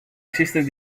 existen